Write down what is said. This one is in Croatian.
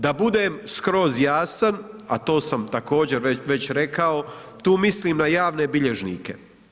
Da budem skroz jasan, a to sam također već rekao, tu mislim na javne bilježnike.